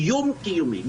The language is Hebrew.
איום קיומי,